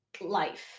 life